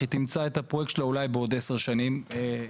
היא תמצא את הפרויקט שלה אולי בעוד עשר שנים מתחדש.